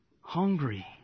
hungry